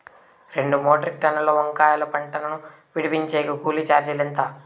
రెండు మెట్రిక్ టన్నుల వంకాయల పంట ను విడిపించేకి కూలీ చార్జీలు ఎంత?